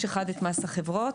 יש את מס החברות,